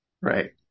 Right